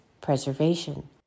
preservation